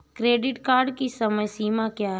Credit card की समय सीमा क्या है?